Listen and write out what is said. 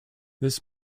this